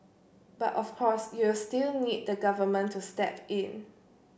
but of course you'll still need the Government to step in